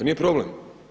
Nije problem.